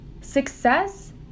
success